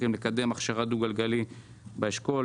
אנחנו הולכים לקדם הכשרת דו-גלגלי באשכול.